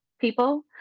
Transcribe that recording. people